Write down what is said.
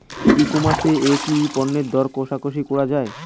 ই commerce এ কি পণ্যের দর কশাকশি করা য়ায়?